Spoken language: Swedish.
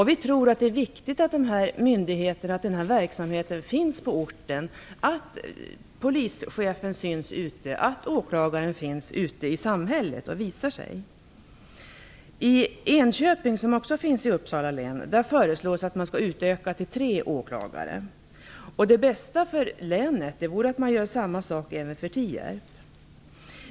Vi tror att det är viktigt att denna verksamhet finns ute i orten, att polischefen och åklagaren finns och visar sig ute i samhället. I Enköping, som också ligger i Uppsala län, föreslås att man skall utöka antalet åklagare till tre. Det bästa för länet vore att man gjorde detsamma också för Tierp.